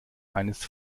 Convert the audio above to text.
eines